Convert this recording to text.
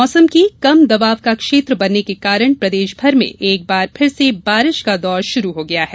मौसम कम दबाव का क्षेत्र बनने के कारण प्रदेश भर में एक बार फिर से बारिश का दौर शुरू हो गया है